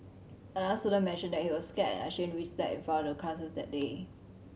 another student mentioned that he was scared and ashamed to be slapped in front of the class that day